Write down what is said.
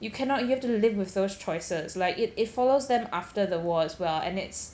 you cannot you have to live with those choices like it it follows them after the war as well and it's